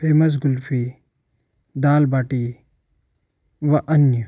famous kulfi dal baati व अन्य